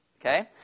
Okay